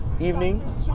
evening